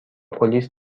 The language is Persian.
پلیس